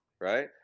right